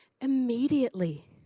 immediately